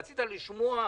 רצית לשמוע.